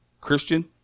Christian